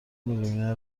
میلیونر